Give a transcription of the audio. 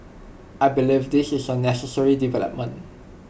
I believe this is A necessary development